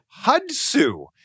Hudsu